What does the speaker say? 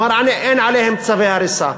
כלומר, אין עליהם צווי הריסה.